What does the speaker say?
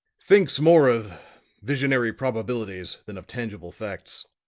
thinks more of visionary probabilities than of tangible facts.